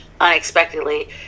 unexpectedly